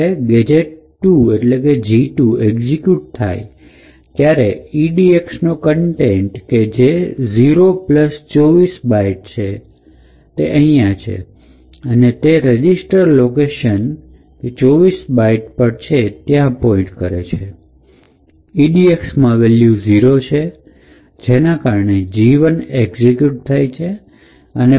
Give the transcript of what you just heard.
જ્યારે G ૨ execute થાય છે ત્યારે edx નો કન્ટેન્ટ કે જે ૦૨૪ બાઈટ છે કે અહીંયા છે અને તે રજીસ્ટર લોકેશન કે 24 બાઈટ પર છે ત્યાં પોઇન્ટ કરે છે edxમાં વેલ્યુ ઝીરો છે જેના કારણે G ૧ એક્ઝિક્યુટ થાય છે